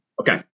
Okay